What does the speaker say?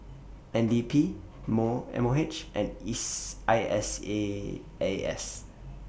N D P More M O H and IS I S A A S